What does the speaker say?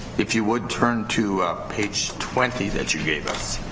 if you would turn to page twenty that you gave us,